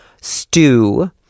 stew